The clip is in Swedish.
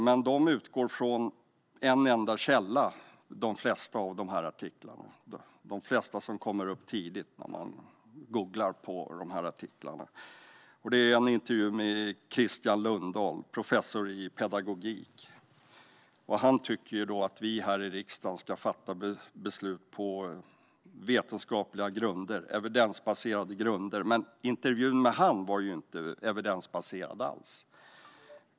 Men de flesta av de här artiklarna - de flesta av dem som kommer upp tidigt när man googlar på ämnet - utgår från en enda källa, och det är en intervju med Christian Lundahl, professor i pedagogik. Han tycker att vi här i riksdagen ska fatta beslut på vetenskapliga, evidensbaserade, grunder. Men intervjun med honom var inte evidensbaserad alls.